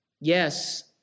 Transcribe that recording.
Yes